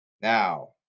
Now